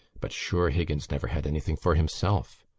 but sure higgins never had anything for himself.